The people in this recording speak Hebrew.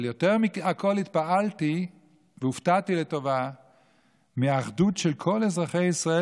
אבל יותר מכול התפעלתי והופתעתי לטובה מהאחדות של כל אזרחי ישראל,